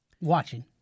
watching